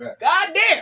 Goddamn